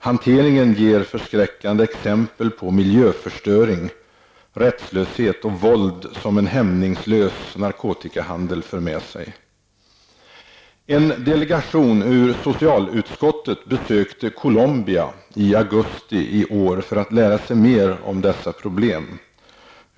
Hanteringen ger förskräckande exempel på miljöförstöring, rättslöshet och våld som en hämningslös narkotikahandel för med sig. En delegation ur socialutskottet besökte Colombia i augusti i år för att lära sig mer om dessa problem.